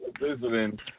visiting